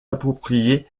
appropriée